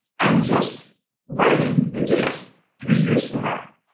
and just writing the date three years from now.